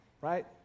right